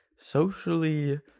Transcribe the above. socially